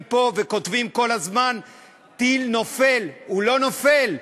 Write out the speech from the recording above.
פה וכותבים כל הזמן "טיל נופל" הוא לא נופל,